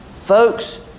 Folks